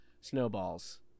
snowballs